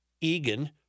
Egan